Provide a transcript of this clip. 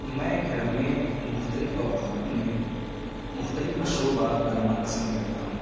میں گھر میں مختلف اوقات میں مختلف مشروبات بنانا پسند کرتا ہوں